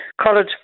College